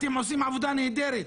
אתם עושים עבודה נהדרת,